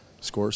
scores